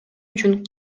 үчүн